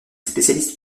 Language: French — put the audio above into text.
spécialiste